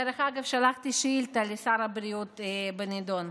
דרך אגב, שלחתי שאילתה לשר הבריאות בנדון.